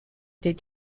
des